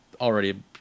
already